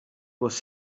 was